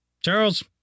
Charles